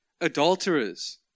adulterers